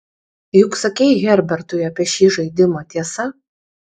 juk sakei herbertui apie šį žaidimą tiesa